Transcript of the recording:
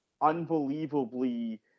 unbelievably